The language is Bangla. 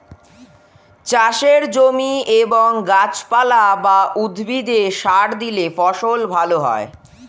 চাষের জমি এবং গাছপালা বা উদ্ভিদে সার দিলে ফসল ভালো হয়